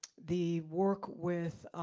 the work with